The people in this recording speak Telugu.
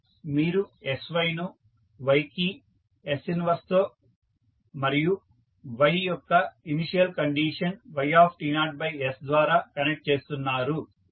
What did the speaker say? మీరు sy ను y కి s 1 తో మరియు y యొక్క ఇనీషియల్ కండిషన్ ys ద్వారా కనెక్ట్ చేస్తున్నారు